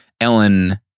Ellen